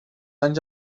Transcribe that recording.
anys